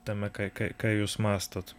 tame ką ką jūs mąstot